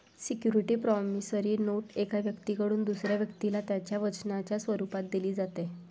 security promissory note एका व्यक्तीकडून दुसऱ्या व्यक्तीला त्याच्या वचनाच्या स्वरूपात दिली जाते